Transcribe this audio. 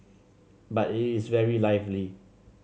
but it is very lively